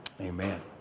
Amen